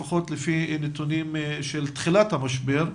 לפחות לפי נתונים בתחילת המשבר,